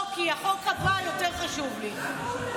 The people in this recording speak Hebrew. לא, כי החוק הבא יותר חשוב לי.